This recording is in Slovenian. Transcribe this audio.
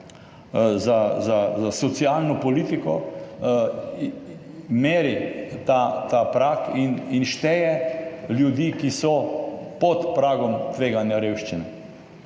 za socialno politiko, meri ta prag in šteje ljudi, ki so pod pragom tveganja revščine.